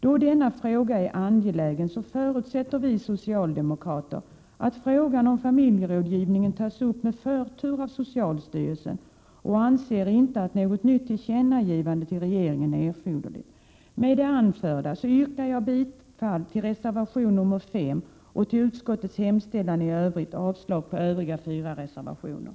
Då denna fråga är angelägen förutsätter vi socialdemokrater att frågan om familjerådgivningen tas upp med förtur av socialstyrelsen och anser inte att något nytt tillkännagivande till regeringen är erforderligt. Med det anförda yrkar jag bifall till reservation 5 och till utskottets hemställan i övrigt samt avslag på övriga fyra reservationer.